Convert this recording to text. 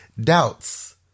Doubts